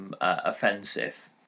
Offensive